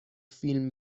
فیلم